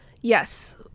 yes